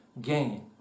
gain